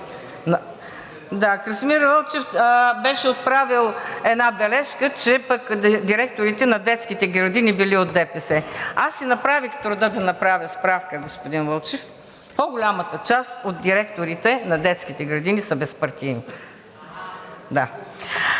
Да, Красимир Вълчев беше отправил една бележка, че директорите на детските градини били от ДПС. Аз си направих труда да направя справка, господин Вълчев, по-голямата част от директорите на детските градини са безпартийни, да.